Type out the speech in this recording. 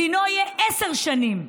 דינו יהיה עשר שנים.